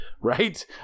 right